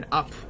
up